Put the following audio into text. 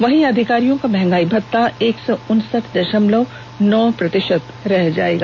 वहीं अधिकारियों का महंगाई भत्ता एक सौ उनसठ दशमलव नौ प्रतिशत रह जाएगा